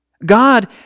God